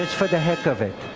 for the heck of it?